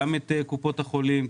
גם את קופות החולים.